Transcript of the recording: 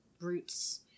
roots